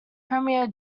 premier